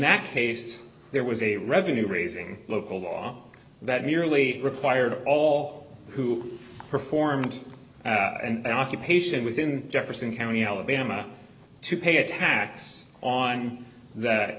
that case there was a revenue raising local law that merely required all who performed and occupation within jefferson county alabama to pay a tax on that